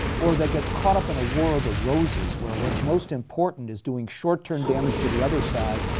or that gets caught up in a war of the roses where what's most important is doing short-term damage to the other side,